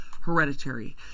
hereditary